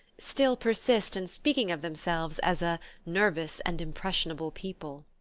still persist in speaking of themselves as a nervous and impressionable people!